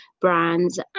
brands